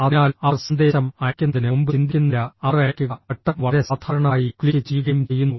അതിനാൽ അവർ സന്ദേശം അയയ്ക്കുന്നതിന് മുമ്പ് ചിന്തിക്കുന്നില്ല അവർ അയയ്ക്കുക ബട്ടൺ വളരെ സാധാരണമായി ക്ലിക്ക് ചെയ്യുകയും ചെയ്യുന്നു